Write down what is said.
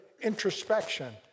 introspection